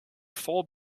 full